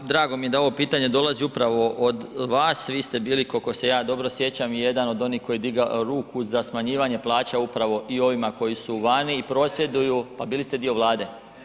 Pa drago mi je da ovo pitanje dolazi od upravo od vas, vi ste bili, koliko se ja dobro sjećam i jedan od onih koji je digao ruku za smanjivanje plaća upravo i ovima koji su vani i prosvjeduju. ... [[Upadica se ne čuje.]] Pa bili ste dio Vlade.